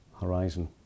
horizon